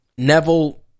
Neville